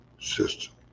System